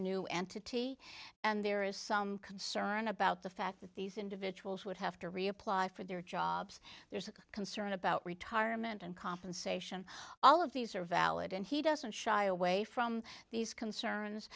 new entity and there is some concern about the fact that these individuals would have to reapply for their jobs there's concern about retirement and compensation all of these are valid and he doesn't shy away from these concerns